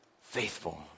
faithful